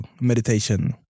meditation